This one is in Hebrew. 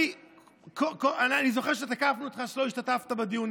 אני זוכר שתקפנו אותך על זה שלא השתתפת בדיונים.